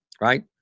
right